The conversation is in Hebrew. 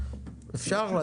אפשר?